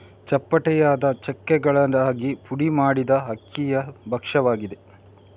ಚಪ್ಪಟೆಯಾದ ಚಕ್ಕೆಗಳಾಗಿ ಪುಡಿ ಮಾಡಿದ ಅಕ್ಕಿಯ ಭಕ್ಷ್ಯವಾಗಿದೆ